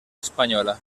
espanyola